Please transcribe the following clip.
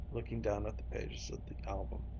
looking down at the pages of the album.